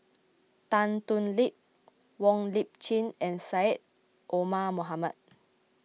Tan Thoon Lip Wong Lip Chin and Syed Omar Mohamed